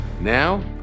Now